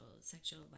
sexual